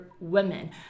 women